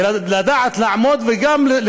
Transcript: היא לדעת גם לעמוד ולהתנצל,